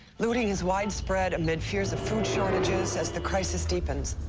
looting is widesprea amid fears of food shortages as the crisis deepens.